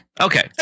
Okay